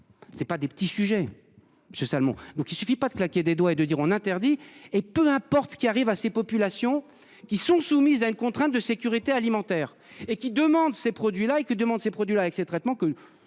C'est pas des petits sujets c'est seulement. Donc il suffit pas de claquer des doigts et de dire on interdit et peu importe ce qui arrive à ces populations qui sont soumises à une contrainte de sécurité alimentaire et qui demandent ces produits-là et que demandent ces produits-là, avec ces traitements